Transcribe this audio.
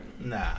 Nah